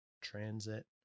Transit